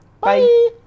Bye